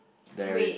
there is